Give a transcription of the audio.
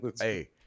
Hey